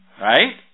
right